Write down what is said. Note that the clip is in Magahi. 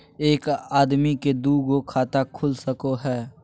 एक आदमी के दू गो खाता खुल सको है?